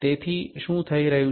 તેથી શું થઈ રહ્યું છે